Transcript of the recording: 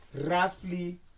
Roughly